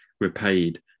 repaid